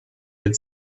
had